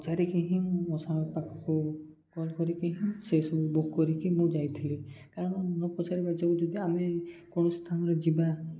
ପଚାରିକି ହିଁ ମୁଁ ମୋ ସା ପାଖକୁ କଲ୍ କରିକି ହିଁ ସେସବୁ ବୁକ୍ କରିକି ମୁଁ ଯାଇଥିଲି କାରଣ ନ ପଚାରିବା ଯୋଗୁରୁ ଯଦି ଆମେ କୌଣସି ସ୍ଥାନରେ ଯିବା